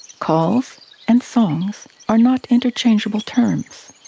calls and songs are not interchangeable terms.